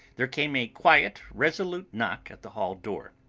there came a quiet, resolute knock at the hall door.